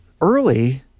Early